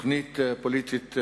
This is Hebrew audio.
תוכנית פוליטית,